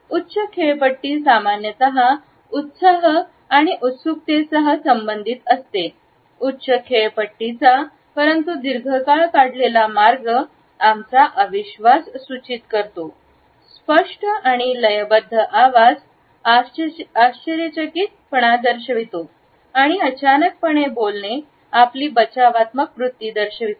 उच्च खेळपट्टी सामान्यत उत्साह आणि उत्सुकतेसह संबंधित असते उच्च खेळपट्टीचा परंतु दीर्घकाळ काढलेला मार्ग आमचा अविश्वास सूचित करतो स्पष्ट आणि लय बद्द आवाज आश्चर्यचकित पळा दर्शवितो आणि आणि अचानक पणे बोलणे आपली बचावात्मक वृत्ती दर्शवितो